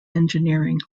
engineering